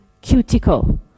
cuticle